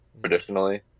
traditionally